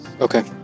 Okay